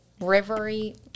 rivery